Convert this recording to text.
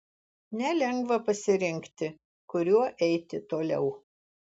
nelengva pasirinkti kuriuo eiti toliau